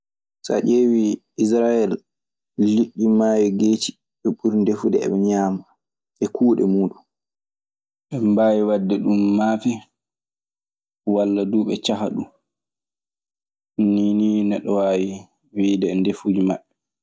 So a ƴeewii israyel, liɗɗi maayo geeci ɓe ɓuri ndefude eɓe ñaama, e kuuɗe muuɗun. Eɓe mbaawi waɗde ɗun maafe walla duu ɓe caha ɗun. Nii nii neɗɗo waawi wiide ndefuuji maɓɓe.